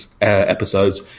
episodes